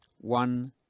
one